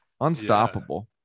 Unstoppable